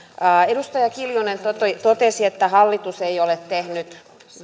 edustaja kiljunen totesi että hallitus ei ole tehnyt